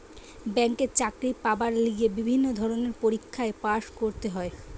ব্যাংকে চাকরি পাবার লিগে বিভিন্ন ধরণের পরীক্ষায় পাস্ করতে হয়